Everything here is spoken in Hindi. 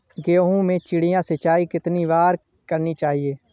गेहूँ में चिड़िया सिंचाई कितनी बार करनी चाहिए?